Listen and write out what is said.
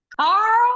Carl